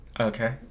Okay